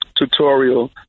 tutorial